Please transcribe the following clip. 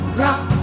rock